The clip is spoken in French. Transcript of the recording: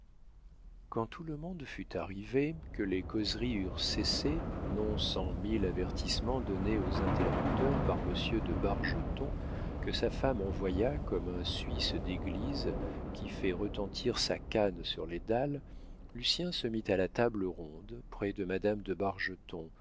quand tout le monde fut arrivé que les causeries eurent cessé non sans mille avertissements donnés aux interrupteurs par monsieur de bargeton que sa femme envoya comme un suisse d'église qui fait retentir sa canne sur les dalles lucien se mit à la table ronde près de madame de